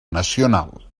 nacional